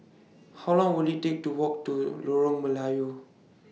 How Long Will IT Take to Walk to Lorong Melayu